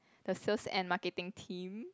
the sales and marketing team